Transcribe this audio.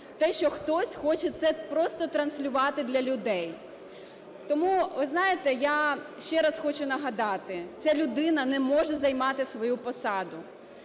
те, що хтось хоче це просто транслювати для людей. Тому, ви знаєте, я ще раз хочу нагадати, ця людина не може займати свою посаду,